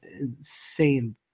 insane